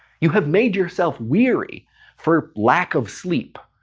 you have made yourself weary for lack of sleep,